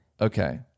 Okay